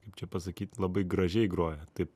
kaip čia pasakyt labai gražiai groja taip